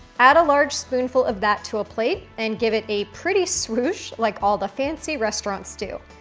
add a large spoonful of that to a plate and give it a pretty swoosh like all the fancy restaurants do.